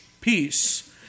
peace